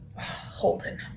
Holden